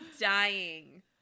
dying